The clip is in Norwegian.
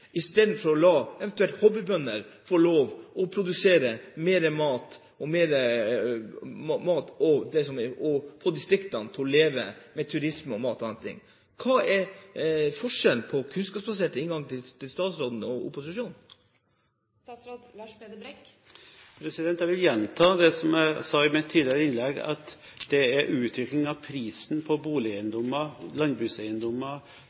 i stedet for å la eventuelt hobbybønder få lov til å produsere mer mat, få distriktene til å leve av turisme, mat og annet? Hva er forskjellen på den kunnskapsbaserte inngangen til statsråden og opposisjonen? Jeg vil gjenta det jeg sa i mitt tidligere innlegg, at det er utviklingen av prisen på